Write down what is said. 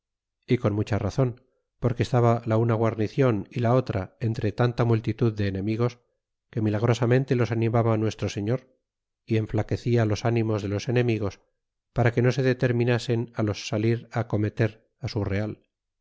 y con mucha razon porque cs taba la una guarnicion y la otra entre tanta multitud de ene migos que milagrosamente los animaba nuestro tiefior y en ilaquecia los ánimos de los enemigos para que no se detenida nasen los salir acometer su real